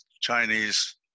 Chinese